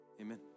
amen